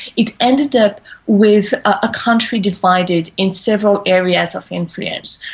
it ended up with a country divided in several areas of influence,